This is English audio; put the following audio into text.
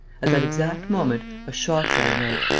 at that exact moment a shot rang out.